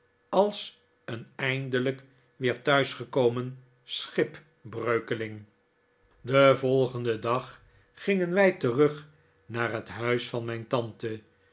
als een eindelijk weer thuis gekomen schipbreukeling den volgenden dag gingen wij terug naar het huis van mijn tante